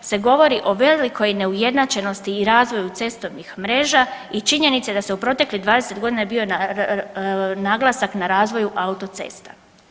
se govori o velikoj neujednačenosti i razvoju cestovnih mreža i činjenici da se u proteklih 20.g. bio je naglasak na razvoju autocesta.